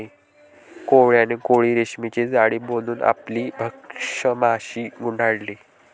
कोळ्याने कोळी रेशीमचे जाळे बनवून आपली भक्ष्य माशी गुंडाळली